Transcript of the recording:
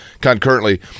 concurrently